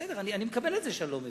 בסדר, אני מקבל את זה שאני לא מבין.